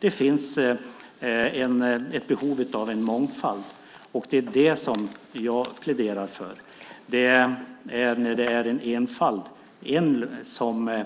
Det finns ett behov av mångfald, och det är det som jag pläderar för. Det är när det bara finns enfald, en som